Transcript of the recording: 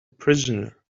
prisoner